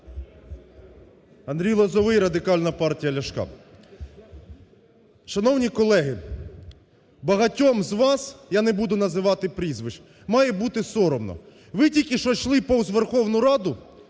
Андрій Лозовой, Радикальна партія Ляшка. Шановні колеги, багатьом з вас, я не буду називати прізвищ, має бути соромно. Ви тільки що йшли повз Верховну Раду,